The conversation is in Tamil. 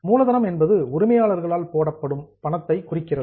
மூலதனம் என்பது உரிமையாளர்களால் போடப்படும் பணத்தை குறிக்கிறது